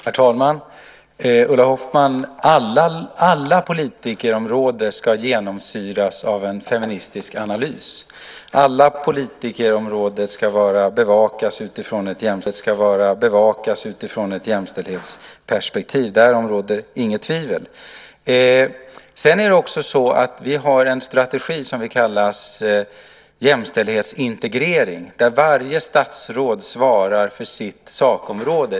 Herr talman! Ulla Hoffmann! Alla politikområden ska genomsyras av en feministisk analys. Alla politikområden ska bevakas utifrån ett jämställdhetsperspektiv. Därom råder inget tvivel. Vi har också en strategi som vi kallar jämställdhetsintegrering, som innebär att varje statsråd svarar för sitt sakområde.